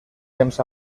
temps